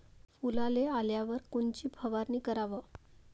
फुलाले आल्यावर कोनची फवारनी कराव?